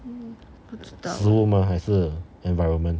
食物吗还是 environment